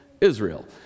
israel